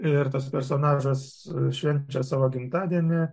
ir tas personažas švenčia savo gimtadienį